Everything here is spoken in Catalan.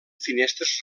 finestres